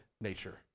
nature